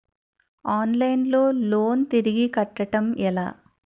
Online లో loan తిరిగి కట్టడం ఎలా?